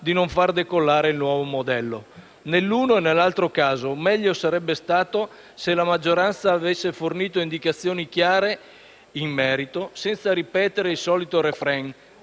di non far decollare il nuovo modello. Nell'uno e nell'altro caso, meglio sarebbe stato se la maggioranza avesse fornito indicazioni chiare in merito senza ripetere il solito *refrain*